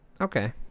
Okay